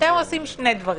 ואתם עושים שני דברים: